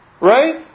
right